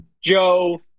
Joe